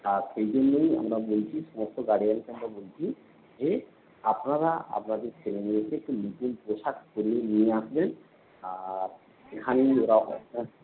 আর সেই জন্যই আমরা বলছি সমস্ত গার্ডিয়ানকে আমরা বলছি যে আপনারা আপনাদের ছেলে মেয়েদের একটু নতুন পোশাক পরিয়ে নিয়ে আসবেন আর এখানেই ওরা